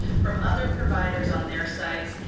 from other providers on their sites,